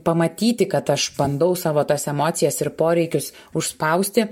pamatyti kad aš bandau savo tas emocijas ir poreikius užspausti